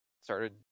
started